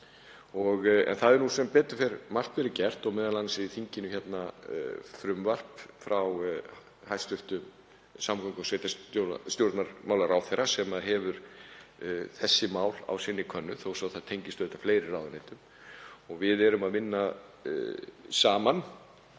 er. Það hefur sem betur fer margt verið gert og m.a. er í þinginu frumvarp frá hæstv. samgöngu- og sveitarstjórnarmálaráðherra sem hefur þessi mál á sinni könnu, þó svo að það tengist auðvitað fleiri ráðuneytum. Við erum að vinna saman